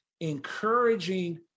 encouraging